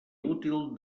útil